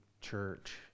church